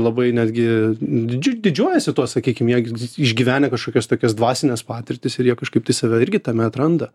labai netgi didži didžiuojasi tuo sakykim jie gi išgyvenę kažkokias tokias dvasines patirtis ir jie kažkaip tai save irgi tame atranda